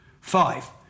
Five